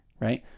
right